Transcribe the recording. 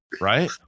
right